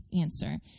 answer